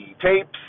tapes